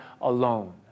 alone